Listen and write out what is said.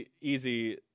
easy